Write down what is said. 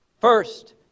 First